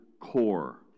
core